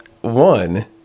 One